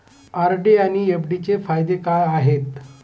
RD आणि FD यांचे फायदे काय आहेत?